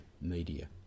media